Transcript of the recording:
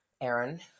Aaron